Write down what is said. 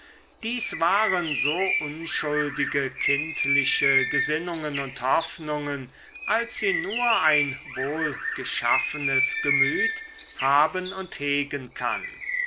dies waren so unschuldige kindliche gesinnungen und hoffnungen als sie nur ein wohlgeschaffenes gemüt haben und hegen kann